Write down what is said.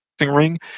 ring